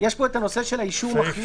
יש פה נושא של אישור מחלים.